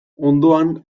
ondoan